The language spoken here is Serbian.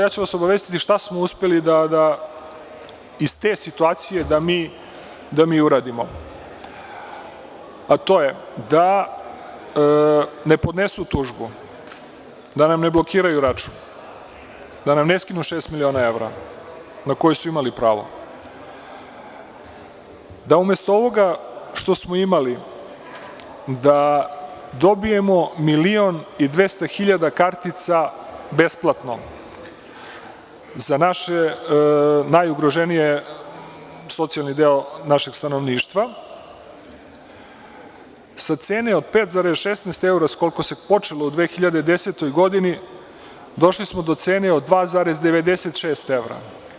Ja ću vas obavestiti šta smo uspeli iz te situacije da uradimo: da ne podnesu tužbu; da nam ne blokiraju račun; da nam ne skinu šest miliona evra na koje su imali pravo; da umesto ovoga što smo imali, dobijemo milion i 200 hiljada kartica besplatno za najugroženiji socijalni deo našeg stanovništva; sa cene od 5,16 evra, s koliko se počelo u 2010. godini, došli smo do cene od 2,96 evra.